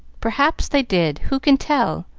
perhaps they did who can tell?